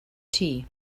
tea